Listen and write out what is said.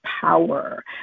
power